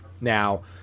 Now